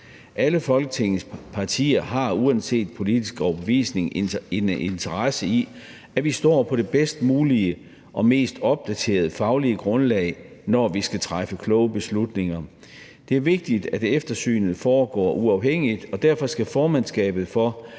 Alle Folketingets partier har uanset politisk overbevisning interesse i, at vi står på det bedst mulige og mest opdaterede faglige grundlag, når vi skal træffe kloge beslutninger. Det er vigtigt, at eftersynet foregår uafhængigt, og derfor skal formandskabet for